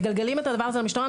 מגלגלים את הדבר הזה למשטרה,